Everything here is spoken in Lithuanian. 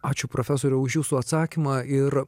ačiū profesoriau už jūsų atsakymą ir